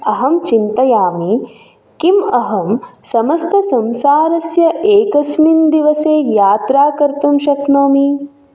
अहं चिन्तयामि किम् अहं समस्तसंसारस्य एकस्मिन् दिवसे यात्रा कर्तुं शक्नोमि